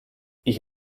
ich